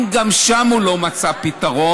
אם גם שם הוא לא מצא פתרון,